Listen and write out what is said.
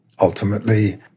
ultimately